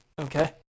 Okay